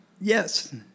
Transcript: Yes